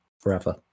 forever